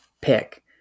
pick